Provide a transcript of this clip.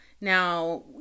Now